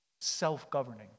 self-governing